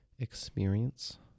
experience